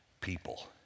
people